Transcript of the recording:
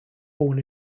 born